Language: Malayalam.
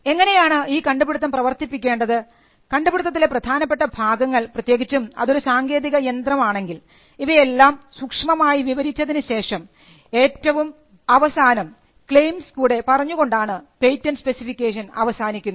എങ്ങനെയാണ് ഈ കണ്ടുപിടിത്തം പ്രവർത്തിപ്പിക്കേണ്ടത് കണ്ടുപിടിത്തത്തിലെ പ്രധാനപ്പെട്ട ഭാഗങ്ങൾ പ്രത്യേകിച്ചും അതൊരു സാങ്കേതിക യന്ത്രം ആണെങ്കിൽ ഇവയെല്ലാം സൂക്ഷ്മമായി വിവരിച്ചതിനുശേഷം ഏറ്റവും അവസാനം ക്ലെയിംസ് കൂടെ പറഞ്ഞു കൊണ്ടാണ് പേറ്റൻറ് സ്പെസിഫിക്കേഷൻ അവസാനിക്കുന്നത്